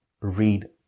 read